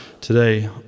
today